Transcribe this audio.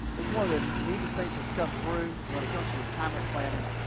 it's one of the neatest things that's come through when it comes to retirement planning,